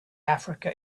africa